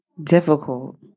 Difficult